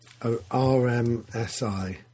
RMSI